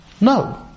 No